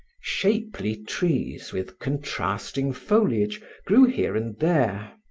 shapely trees with contrasting foliage grew here and there.